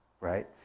right